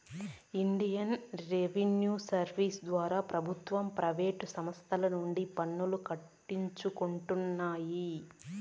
Indian revenue service ద్వారా ప్రభుత్వ ప్రైవేటు సంస్తల నుండి పన్నులు కట్టించుకుంటారు